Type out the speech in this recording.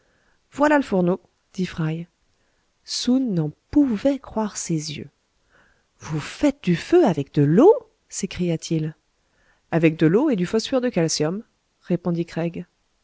voilà le fourneau dit fry soun n'en pouvait croire ses yeux vous faites du feu avec de l'eau s'écria-t-il avec de l'eau et du phosphure de calcium répondit craig